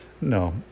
No